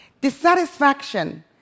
Dissatisfaction